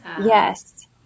Yes